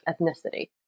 ethnicity